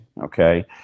Okay